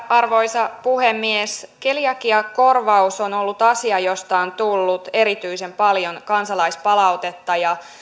arvoisa puhemies keliakiakorvaus on ollut asia josta on tullut erityisen paljon kansalaispalautetta ja